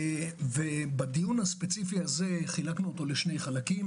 בדיון הספציפי הזה חילקנו אותו לשני חלקים.